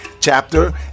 chapter